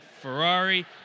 Ferrari